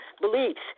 beliefs